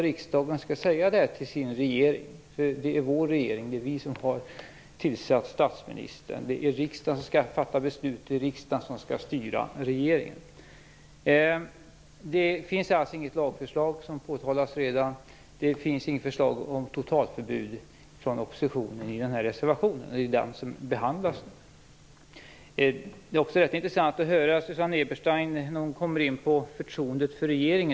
Riksdagen skall också säga det här till sin regering. Det är ju vår regering. Det är riksdagen som har tillsatt statsministern, det är riksdagen som skall fatta beslut och det är riksdagen som skall styra regeringen. Det finns alltså inget lagförslag, vilket har påtalats redan, och det finns inget förslag om totalförbud från oppositionen i den här reservationen. Det är ju den som behandlas nu. Det är också intressant att höra Susanne Eberstein när hon kommer in på förtroendet för regeringen.